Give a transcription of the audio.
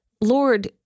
Lord